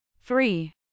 Three